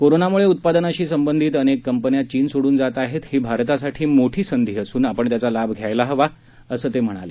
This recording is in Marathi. कोरोनामुळे उत्पादनाशी संबंधित अनेक कंपन्या चीन सोडून जात आहेत ही भारतासाठी मोठी संधी असून आपण त्याच्या लाभ घ्यायला हवा असं ते म्हणाले